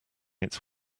its